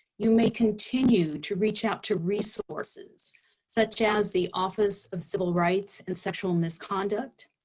you may continue to reach out to resources such as the office of civil rights and sexual misconduct,